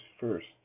first